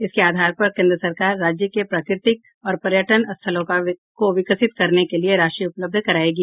इसके आधार पर केंद्र सरकार राज्य के प्राकृतिक और पर्यटन स्थलों को विकसित करने के लिये राशि उपलब्ध करायेगी